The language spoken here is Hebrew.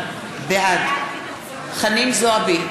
בעד חנין זועבי,